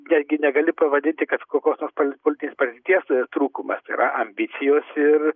netgi negali pavadinti kad kokios nors politinės patirties trūkumas tai yra ambicijos ir